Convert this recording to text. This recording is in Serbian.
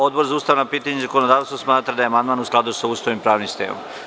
Odbor za ustavna pitanja i zakonodavstvo smatra da je amandman u skladu sa Ustavom i pravnim sistemom.